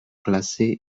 classé